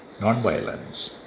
non-violence